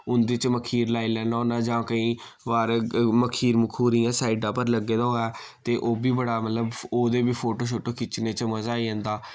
उं'दे च मखीर लाई लैन्ना होन्नां जां केईं वार मखीर मखूर इयां साइडा पर लग्गे दा होऐ ते ओह् बी बड़ा मतलब ओह्दे बी फोटो शोटो खिच्चने च मजा आई जंदा